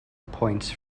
points